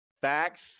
facts